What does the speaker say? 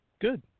good